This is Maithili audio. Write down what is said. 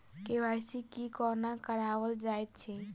के.वाई.सी कोना कराओल जाइत अछि?